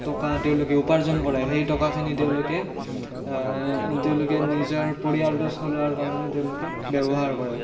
টকা তেওঁলোকে উপাৰ্জন কৰে সেই টকাখিনি তেওঁলোকে তেওঁলোকে নিজৰ পৰিয়াল্টো চলোৱাৰ কাৰণে তেওঁলোকে ব্যৱহাৰ কৰে